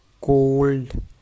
Cold